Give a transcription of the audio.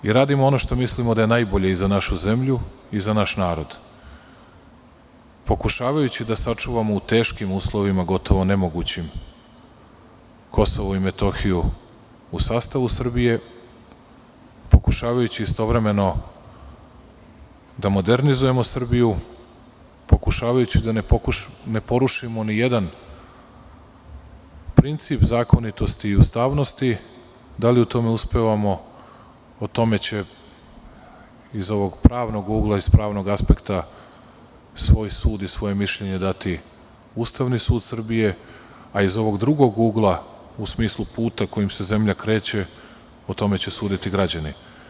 Mi radimo ono što mislimo da je najbolje i za našu zemlju i za naš narod, pokušavajući da sačuvamo u teškim uslovima, gotovo nemogućim, KiM u sastavu Srbije, pokušavajući istovremeno da modernizujemo Srbiju, pokušavajući da ne porušimo ni jedan princip zakonitosti i ustavnosti, da li u tome uspevamo, o tome će iz ovog pravnog ugla, sa pravnog aspekta, svoj sud i svoje mišljenje dati Ustavni sud Srbije, a iz ovog drugog ugla, u smislu puta kojim se zemlja kreće, o tome će suditi građani.